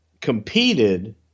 competed